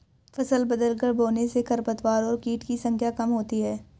फसल बदलकर बोने से खरपतवार और कीट की संख्या कम होती है